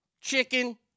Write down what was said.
chicken